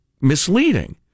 misleading